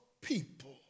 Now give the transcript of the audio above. people